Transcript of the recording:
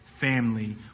family